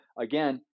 again